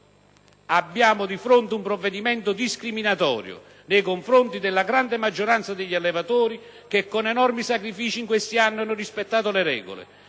troviamo di fronte un provvedimento discriminatorio nei confronti della grande maggioranza degli allevatori che, con enormi sacrifici in questi anni, hanno rispettato le regole.